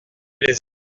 les